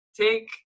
take